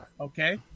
Okay